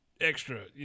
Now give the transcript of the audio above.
extra